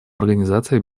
организации